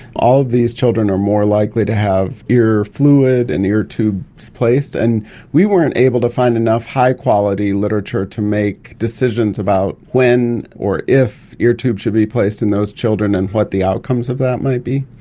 all of these children are more likely to have ear fluid and ear tubes placed. and we weren't able to find enough high-quality literature to make decisions about when or if ear tubes should be placed in those children and what the outcomes of that might be.